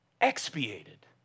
expiated